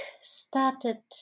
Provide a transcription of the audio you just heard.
started